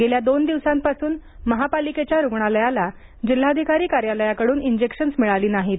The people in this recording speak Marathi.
गेल्या दोन दिवसांपासून महापालिकेच्या रुग्णालयाला जिल्हाधिकारी कार्यालयाकडून इंजेक्शन मिळाली नाहीत